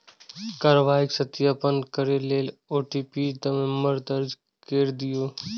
कार्रवाईक सत्यापन करै लेल ओ.टी.पी नंबर दर्ज कैर दियौ